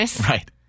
Right